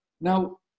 Now